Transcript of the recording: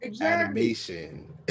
animation